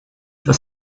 for